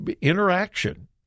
interaction